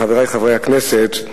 חברי חברי הכנסת,